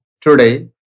Today